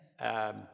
Yes